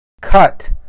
Cut